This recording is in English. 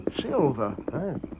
Silver